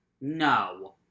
no